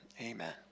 Amen